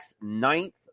ninth